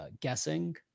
guessing